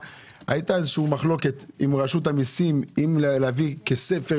הייתה איזו מחלוקת עם רשות המיסים אם להביא את הכול כספר,